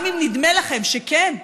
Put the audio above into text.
גם אם נדמה לכם שכן,